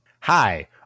hi